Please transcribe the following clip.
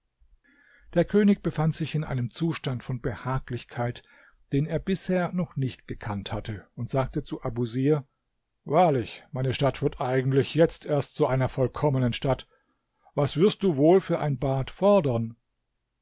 der könig befand sich in einem zustand von behaglichkeit den er bisher noch nicht gekannt hatte und sagte zu abusir wahrlich meine stadt wird eigentlich jetzt erst zu einer vollkommenen stadt was wirst du wohl für ein bad fordern